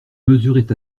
mesurait